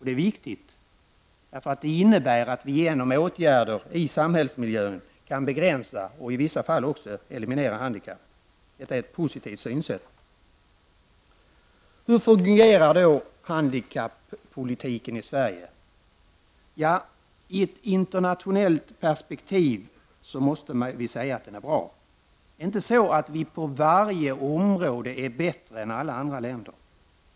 Det är viktigt, därför att det innebär att vi genom åtgärder i samhällsmiljön kan begränsa och i vissa fall också eliminera handikapp. Detta är ett positivt synsätt. Hur fungerar då handikappolitiken i Sverige? Ja, i ett internationellt perspektiv måste vi säga att den är bra. Inte så att Sverige på varje område är bättre än andra länder.